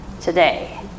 today